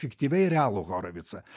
fiktyviai realų horovicą